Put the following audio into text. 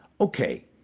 Okay